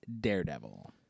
Daredevil